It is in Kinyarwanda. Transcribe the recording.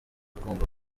kumva